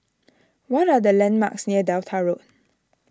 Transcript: what are the landmarks near Delta Road